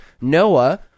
Noah